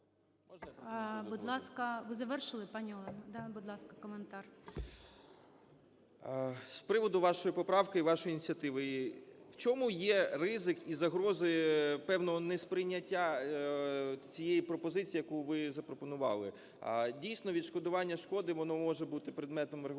З приводу вашої поправки і вашої ініціативи. В чому є ризик і загрози певного несприйняття цієї пропозиції, яку ви запропонували. Дійсно, відшкодування шкоди, воно може бути предметом врегулювання